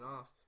off